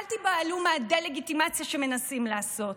אל תיבהלו מהדה-לגיטימציה שמנסים לעשות.